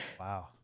Wow